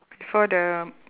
for the